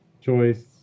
Choice